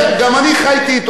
אבל לא כולם כאלה,